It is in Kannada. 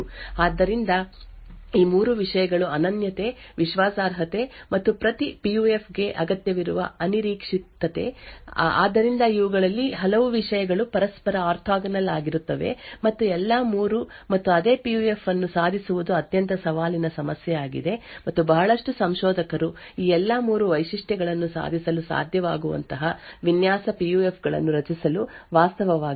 ಆದ್ದರಿಂದ ಇವು 3 ವಿಷಯಗಳು ಅನನ್ಯತೆ ವಿಶ್ವಾಸಾರ್ಹತೆ ಮತ್ತು ಪ್ರತಿ ಪಿ ಯು ಎಫ್ ಗೆ ಅಗತ್ಯವಿರುವ ಅನಿರೀಕ್ಷಿತತೆ ಆದ್ದರಿಂದ ಇವುಗಳಲ್ಲಿ ಹಲವು ವಿಷಯಗಳು ಪರಸ್ಪರ ಆರ್ಥೋಗೋನಲ್ ಆಗಿರುತ್ತವೆ ಮತ್ತು ಎಲ್ಲಾ 3 ಮತ್ತು ಅದೇ ಪಿ ಯು ಎಫ್ ಅನ್ನು ಸಾಧಿಸುವುದು ಅತ್ಯಂತ ಸವಾಲಿನ ಸಮಸ್ಯೆಯಾಗಿದೆ ಮತ್ತು ಬಹಳಷ್ಟು ಸಂಶೋಧಕರು ಈ ಎಲ್ಲಾ 3 ವೈಶಿಷ್ಟ್ಯಗಳನ್ನು ಸಾಧಿಸಲು ಸಾಧ್ಯವಾಗುವಂತಹ ವಿನ್ಯಾಸ ಪಿ ಯು ಎಫ್ ಗಳನ್ನು ರಚಿಸಲು ವಾಸ್ತವವಾಗಿ ಕೆಲಸ ಮಾಡುತ್ತಿದ್ದಾರೆ